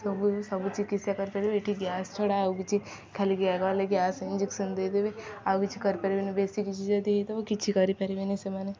ସବୁ ସବୁ ଚିକିତ୍ସା କରିପାରିବେ ଏଠି ଗ୍ୟାସ ଛଡ଼ା ଆଉ କିଛି ଖାଲି ଗ ଗଲେ ଗ୍ୟାସ ଇଞ୍ଜେକ୍ସନ ଦେଇଦେବେ ଆଉ କିଛି କରିପାରିବେନି ବେଶୀ କିଛି ଯଦି ହେଇଥବ କିଛି କରିପାରିବେନି ସେମାନେ